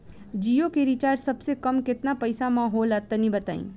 जियो के रिचार्ज सबसे कम केतना पईसा म होला तनि बताई?